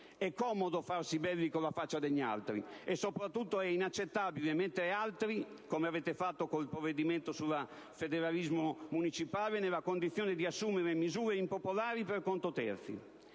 È comodo farsi belli con la faccia degli altri, e soprattutto è inaccettabile mettere altri, come avete fatto con il provvedimento sul federalismo municipale, nella condizione di assumere misure impopolari per conto terzi.